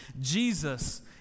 Jesus